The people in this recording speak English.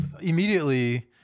immediately